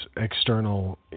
external